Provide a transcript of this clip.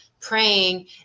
praying